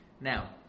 Now